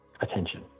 attention